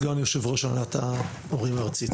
סגן יושב ראש הנהלת ההורים הארצית.